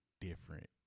different